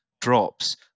drops